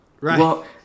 Right